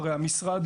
לגבי מחירי הבשר,